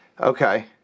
Okay